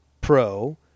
pro